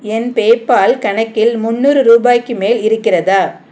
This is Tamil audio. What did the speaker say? என் பேபால் கணக்கில் முன்னூறு ரூபாய்க்கு மேல் இருக்கிறதா